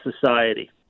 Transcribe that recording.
society